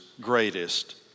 greatest